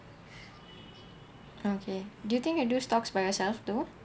okay do you think can do stocks by yourself though